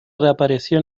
reapareció